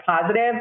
positive